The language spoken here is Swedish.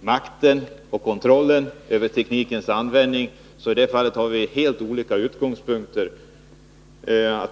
makten och kontrollen över teknikens användning.